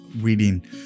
reading